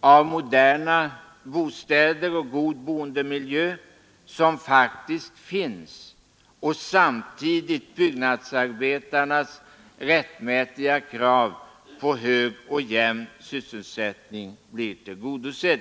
av moderna bostäder och god boendemiljö som faktiskt finns och att samtidigt byggnadsarbetarnas rättmätiga krav på hög och jämn sysselsättning tillgodoses.